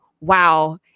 wow